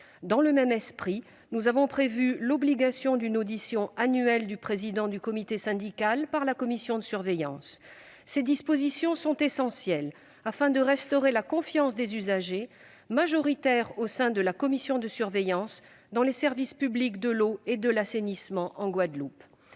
Dans le même esprit, nous avons prévu l'obligation d'une audition annuelle du président du comité syndical par la commission de surveillance. Ces dispositions sont essentielles afin de restaurer la confiance des usagers, majoritaires au sein de la commission de surveillance, dans les services publics de l'eau et de l'assainissement en Guadeloupe.